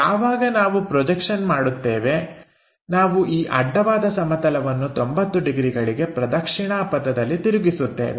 ಯಾವಾಗ ನಾವು ಪ್ರೊಜೆಕ್ಷನ್ ಮಾಡುತ್ತೇವೆ ನಾವು ಈ ಅಡ್ಡವಾದ ಸಮತಲವನ್ನು 90 ಡಿಗ್ರಿಗಳಿಗೆ ಪ್ರದಕ್ಷಿಣಾ ಪಥದಲ್ಲಿ ತಿರುಗಿಸುತ್ತೇವೆ